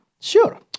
Sure